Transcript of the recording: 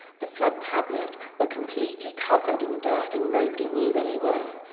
the flood tablet were completely covered in dirt, and nobody knew where they were.